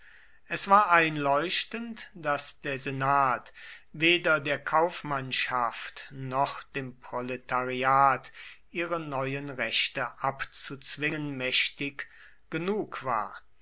es war einleuchtend daß der senat weder der kaufmannschaft noch dem proletariat ihre neuen rechte abzuzwingen mächtig genug war